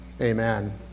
Amen